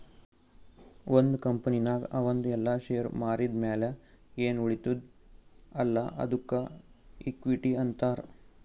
ಒಂದ್ ಕಂಪನಿನಾಗ್ ಅವಂದು ಎಲ್ಲಾ ಶೇರ್ ಮಾರಿದ್ ಮ್ಯಾಲ ಎನ್ ಉಳಿತ್ತುದ್ ಅಲ್ಲಾ ಅದ್ದುಕ ಇಕ್ವಿಟಿ ಅಂತಾರ್